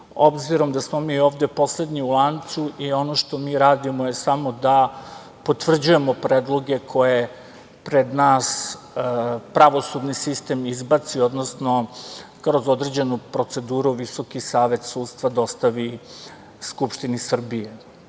obzirom da smo mi ovde poslednji u lancu i ono što mi radimo je samo da potvrđujemo predloge koje pred nas pravosudni sistem izbaci, odnosno kroz određenu proceduru VSS dostavi Skupštini Srbije. Uticaja